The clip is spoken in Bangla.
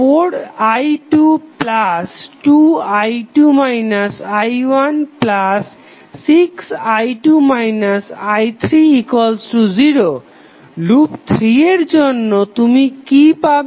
4i22i2 i16i2 i30 লুপ 3 এর জন্য তুমি কি পাবে